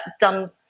done